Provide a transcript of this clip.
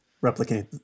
replicate